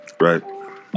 Right